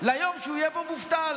ליום שהוא יהיה בו מובטל.